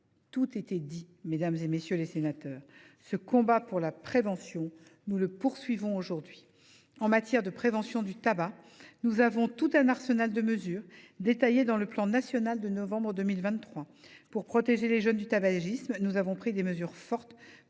Tout était dit, mesdames, messieurs les sénateurs. Ce combat pour la prévention, nous le poursuivons aujourd’hui. En matière de prévention du tabac, nous avons tout un arsenal de mesures, détaillé dans le plan national de novembre 2023. Pour protéger les jeunes du tabagisme, nous avons pris des mesures fortes